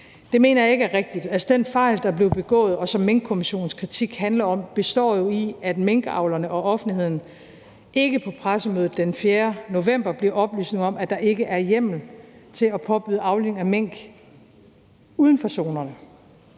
Det mener jeg ikke er rigtigt. Altså, den fejl, der blev begået, og som Minkkommissionens kritik handler om, består jo i, at minkavlerne og offentligheden ikke på pressemødet den 4. november fik oplysning om, at der ikke var hjemmel til at påbyde aflivning af mink uden for zonerne.